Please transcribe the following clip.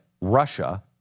Russia